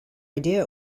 idea